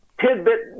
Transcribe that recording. tidbit